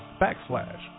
backslash